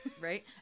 Right